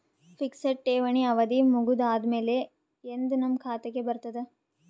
Fixed ಠೇವಣಿ ಅವಧಿ ಮುಗದ ಆದಮೇಲೆ ಎಂದ ನಮ್ಮ ಖಾತೆಗೆ ಬರತದ?